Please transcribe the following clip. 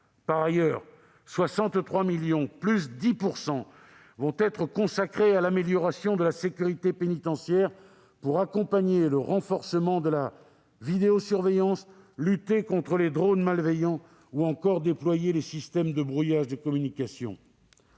une hausse des moyens de 10 %, seront consacrés à l'amélioration de la sécurité pénitentiaire pour accompagner le renforcement de la vidéosurveillance, lutter contre les drones malveillants ou encore déployer des systèmes de brouillage des communications.